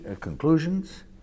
conclusions